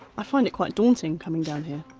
i find it quite daunting coming down here.